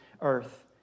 earth